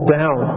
down